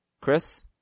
Chris